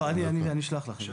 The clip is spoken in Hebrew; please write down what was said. אני אשלח לכם.